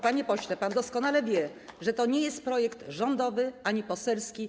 Panie pośle, pan doskonale wie, że to nie jest projekt rządowy ani poselski.